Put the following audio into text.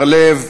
בר-לב.